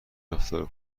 رفتار